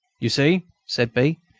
you see, said b,